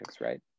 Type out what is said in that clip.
right